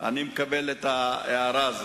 אני מקבל את ההערה הזאת,